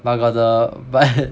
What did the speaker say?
but got the but